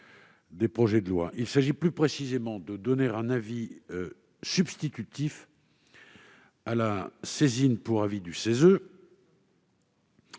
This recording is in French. Il s'agit plus précisément de donner un effet substitutif à la saisine pour avis du CESE